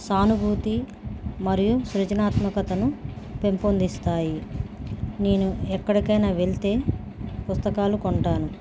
సానుభూతి మరియు సృజనాత్మకతను పెంపొందిస్తాయి నేను ఎక్కడికైనా వెళితే పుస్తకాలు కొంటాను